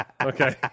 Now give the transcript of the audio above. Okay